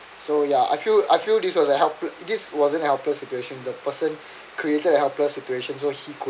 so ya I feel I feel this was the help with this wasn't helpless situation the person created helpless situation so he could